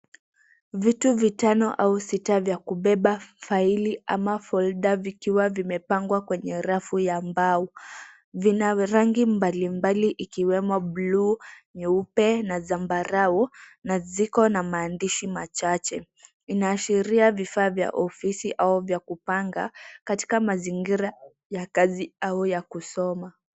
Vitu vitano au sita vya kubeba faili ama folda vikiwa vimepangwa kwenye rafu ya mbao. Vina rangi mbalimbali ikiwemo bluu nyeupe na zambarau, na ziko na maandishi machache. Inaashiria vifaa vya ofisi au vya kupanga. Katika mazingira ya kazi au ya kusoma.